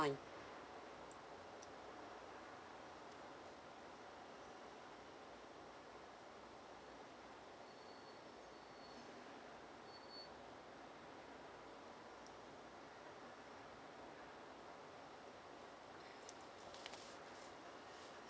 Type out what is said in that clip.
fine